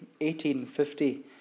1850